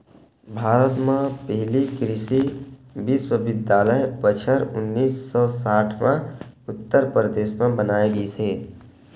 भारत म पहिली कृषि बिस्वबिद्यालय बछर उन्नीस सौ साठ म उत्तर परदेस म बनाए गिस हे